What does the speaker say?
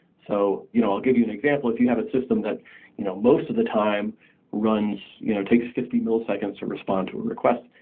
so you know i'll give you an example, if you have a system that you know most of the time so you know takes fifty milliseconds to respond to a request,